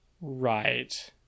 Right